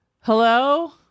Hello